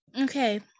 okay